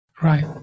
Right